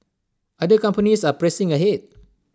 other companies are pressing ahead